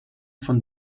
von